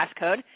passcode